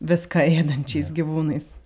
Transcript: viską ėdančiais gyvūnais